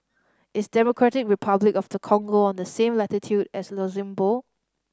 is Democratic Republic of the Congo on the same latitude as Luxembourg